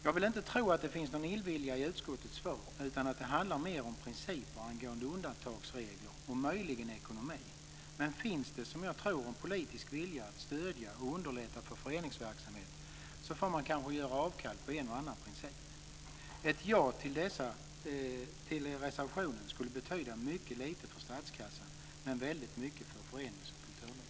Jag vill inte tro att det finns någon illvilja i utskottets svar utan att det handlar mer om principer angående undantagsregler och möjligen om ekonomi. Men finns det, som jag tror, en politisk vilja att stödja och underlätta för föreningsverksamhet får man kanske göra avkall på en och annan princip. Ett ja till dessa båda reservationer skulle betyda mycket lite för statskassan, men väldigt mycket för förenings och kulturlivet.